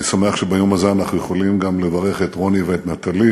אני שמח שביום הזה אנחנו יכולים גם לברך את רוני ואת נטלי